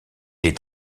est